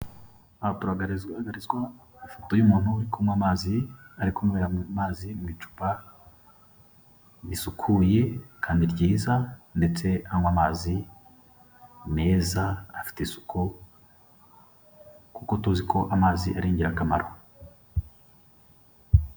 Turi kugaragarizwa ifoto y'umuntu uri kunywa amazi, ari kunywera amazi mu icupa risukuye, kandi ryiza ndetse anywa amazi meza afite isuku, kuko tuzi ko amazi ari ingirakamaro.